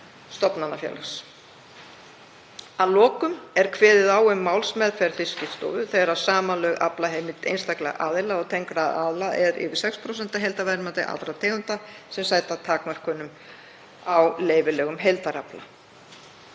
stofnanafélags. Að lokum er kveðið á um málsmeðferð Fiskistofu þegar samanlögð aflaheimild einstakra aðila og tengdra aðila er yfir 6% af heildarverðmæti allra tegunda sem sæta takmörkunum á leyfilegum heildarafla.